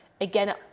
again